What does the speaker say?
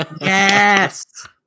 Yes